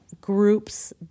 groups